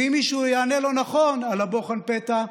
ואם מישהו יענה לא נכון על בוחן הפתע,